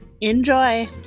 Enjoy